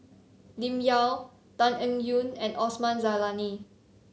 Lim Yau Tan Eng Yoon and Osman Zailani